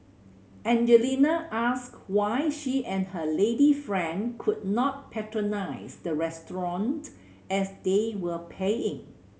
Angelina asked why she and her lady friend could not patronise the restaurant as they were paying